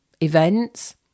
events